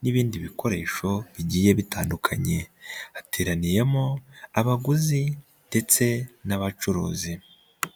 n'ibindi bikoresho bigiye bitandukanye, hateraniyemo abaguzi ndetse n'abacuruzi.